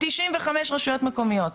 95 רשויות מקומיות,